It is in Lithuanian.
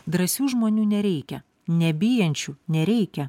drąsių žmonių nereikia nebijančių nereikia